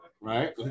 right